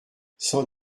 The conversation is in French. cent